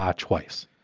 um twice